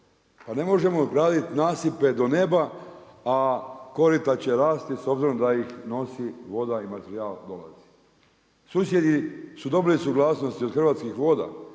Pa ne možemo graditi napise do neba, a korita će rasti s obzirom da ih nosi voda i materijal … Susjedi su dobili suglasnost od Hrvatskih voda